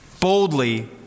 boldly